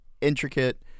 intricate